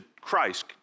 Christ